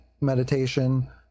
meditation